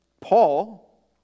Paul